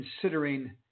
considering